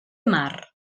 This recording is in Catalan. mar